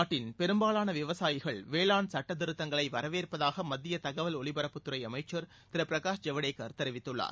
நாட்டின் பெரும்பாவான விவசாயிகள் வேளாண் சட்டத்திருத்தங்களை வரவேற்பதாக மத்திய தகவல் ஒலிபரப்புத்துறை அமைச்சர் திரு பிரகாஷ் ஜவடேகர் தெரிவித்துள்ளார்